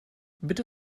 bitte